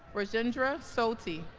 rajendra soti